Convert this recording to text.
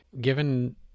Given